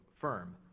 firm